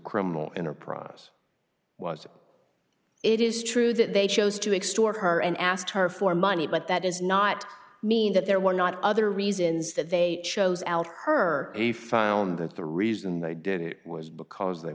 criminal enterprise was it is true that they chose to extort her and asked her for money but that does not mean that there were not other reasons that they chose out her a found that the reason they did it was because they